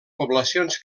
poblacions